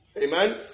Amen